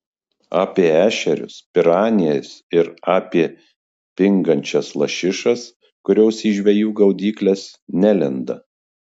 apie ešerius piranijas ir apie pingančias lašišas kurios į žvejų gaudykles nelenda